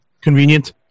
convenient